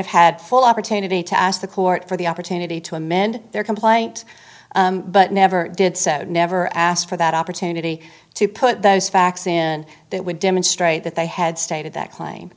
of had full opportunity to ask the court for the opportunity to amend their complaint but never did never ask for that opportunity to put those facts in that would demonstrate that they had stated that claim